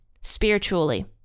spiritually